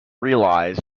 realise